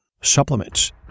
supplements